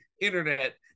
internet